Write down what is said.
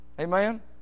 Amen